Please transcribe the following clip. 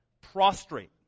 prostrate